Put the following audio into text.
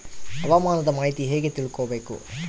ಹವಾಮಾನದ ಮಾಹಿತಿ ಹೇಗೆ ತಿಳಕೊಬೇಕು?